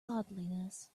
godliness